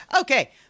Okay